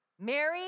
Mary